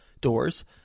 doors